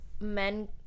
men